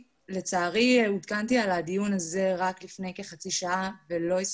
לצערי עודכנתי על הדיון הזה רק לפני כחצי שעה ולא היה